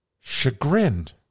Chagrined